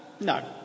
No